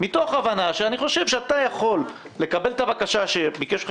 מתוך הבנה שאני חושב שאתה יכול לקבל את הבקשה שביקש ממך